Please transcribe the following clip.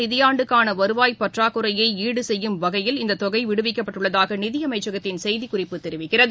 நிதியாண்டுக்கானவருவாய் நடப்பு பற்றாக்குறையைஈடுசெய்யும் வகையில் இந்ததொகைவிடுவிக்கப்பட்டுள்ளதாகநிதியமைச்சகத்தின் செய்திக் குறிப்பு தெரிவிக்கிறது